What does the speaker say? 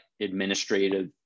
administrative